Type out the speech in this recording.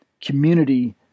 community